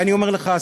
ואני אומר לך,